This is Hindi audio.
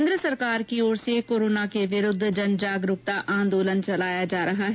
केन्द्र सरकार की ओर से कोरोना के विरूद्व जन जागरूकता आंदोलन चलाया जा रहा है